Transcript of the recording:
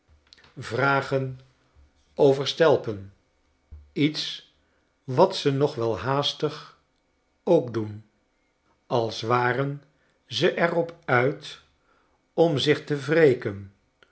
vragen overstelpen iets wat ze nog wel haastig ook doen als waren ze er op uit om zichtewreken over de